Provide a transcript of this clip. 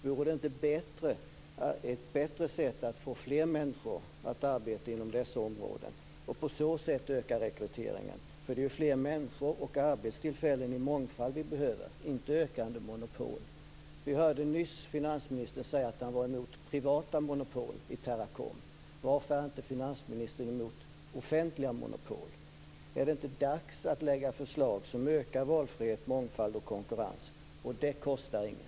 Vore det inte ett bättre sätt att få fler människor att arbeta inom dessa områden och på så sätt öka rekryteringen? Det är ju fler människor och arbetstillfällen i mångfald vi behöver, inte ökande monopol. Vi hörde nyss finansministern säga att han är emot privata monopol i Teracom. Varför är inte finansministern emot offentliga monopol? Är det inte dags att lägga förslag som ökar valfrihet, mångfald och konkurrens? Det kostar inget.